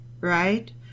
right